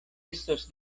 estos